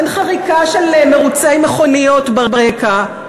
אין חריקה של מירוצי מכוניות ברקע.